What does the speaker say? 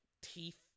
teeth